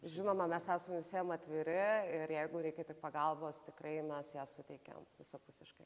žinoma mes esam visiems atviri ir jeigu reikia tik pagalbos tikrai mes ją suteikiam visapusiškai